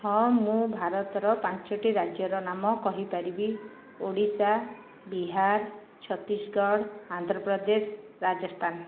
ହଁ ମୁଁ ଭାରତର ପାଞ୍ଚୋଟି ରାଜ୍ୟର ନାମ କହିପାରିବି ଓଡ଼ିଶା ବିହାର ଛତିଶଗଡ଼ ଆନ୍ଧ୍ରପ୍ରଦେଶ ରାଜସ୍ତାନ